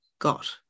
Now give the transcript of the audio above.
got